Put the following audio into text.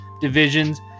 divisions